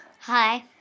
Hi